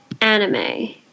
anime